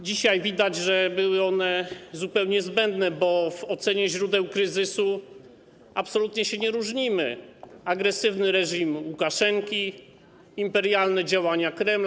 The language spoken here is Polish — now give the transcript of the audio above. Dzisiaj widać, że były one zupełnie zbędne, bo w ocenie źródeł kryzysu absolutnie się nie różnimy - agresywny reżym Łukaszenki, imperialne działania Kremla.